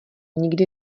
nikdy